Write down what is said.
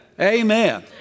Amen